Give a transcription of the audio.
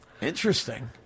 Interesting